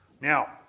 Now